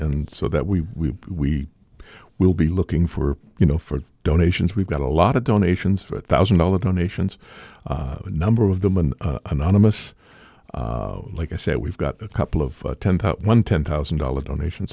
and so that we will be looking for you know for donations we've got a lot of donations for thousand dollar donations a number of them an anonymous like i said we've got a couple of one ten thousand dollars donations